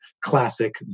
classic